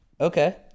Okay